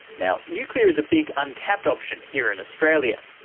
now, nuclear is a big untapped option here in australia,